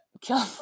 Kill